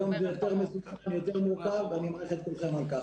היום זה יותר מורכב ואני מברך את כולכם על כך.